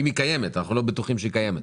אם היא קיימת ואנחנו לא בטוחים שהיא קיימת.